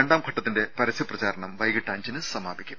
രണ്ടാംഘട്ടത്തിന്റെ പരസ്യ പ്രചാരണം വൈകിട്ട് അഞ്ചിന് സമാപിക്കും